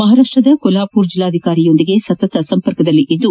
ಮಹಾರಾಷ್ಟದ ಕೊಲ್ಹಾಪುರ ಜಿಲ್ಲಾಧಿಕಾರಿಗಳೊಂದಿಗೆ ಸತತ ಸಂಪರ್ಕದಲ್ಲಿದ್ದು